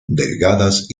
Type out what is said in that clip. delgadas